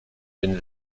den